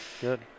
good